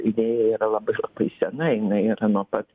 idėja yra labai labai sena jinai yra nuo pat